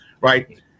right